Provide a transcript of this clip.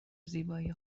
زیبایی